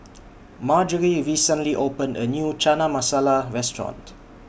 Marjory recently opened A New Chana Masala Restaurant